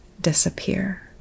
disappear